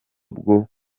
bwo